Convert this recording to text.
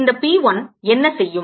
இந்த P 1 என்ன செய்யும்